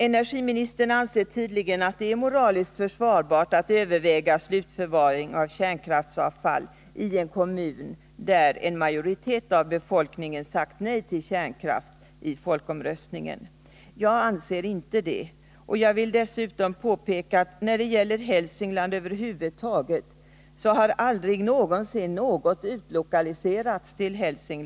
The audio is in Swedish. Energiministern anser tydligen att det är moraliskt försvarbart att överväga slutförvaring av kärnkraftsavfall i en kommun där en majoritet av befolkningen i folkomröstningen sade nej till kärnkraft. Jag anser inte det. Dessutom vill jag påpeka att när det gäller Hälsingland över huvud taget har det aldrig någonsin utlokaliserats någonting dit.